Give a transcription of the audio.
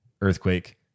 earthquake